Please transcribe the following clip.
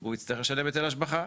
הוא יצטרך לשלם היטל השבחה.